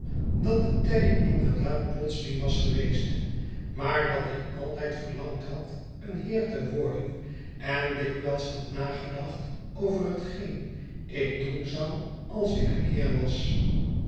dat de tijding inderdaad plotseling was geweest maar dat ik altijd verlangd had een heer te worden en dikwijls had nagedacht over hetgeen ik doen zou als ik een heer was